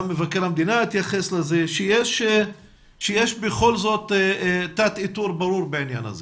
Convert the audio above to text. גם מבקר המדינה התייחס לזה שיש בכל זאת תת איתור ברור בעניין הזה